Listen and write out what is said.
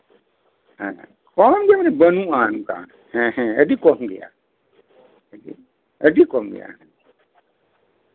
ᱦᱮᱸ ᱦᱮᱸ ᱠᱚᱢ ᱜᱮᱭᱟ ᱢᱟᱱᱮ ᱵᱟᱹᱱᱩᱜᱼᱟ ᱦᱮᱸ ᱦᱮᱸ ᱟᱹᱰᱤ ᱠᱚᱢ ᱜᱮᱭᱟ ᱟᱹᱰᱤ ᱠᱚᱢ ᱜᱮᱭᱟ